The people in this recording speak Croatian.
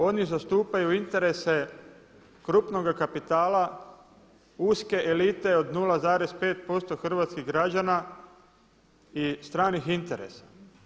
Oni zastupaju interese krupnoga kapitala, uske elite od 0,5% hrvatskih građana i stranih interesa.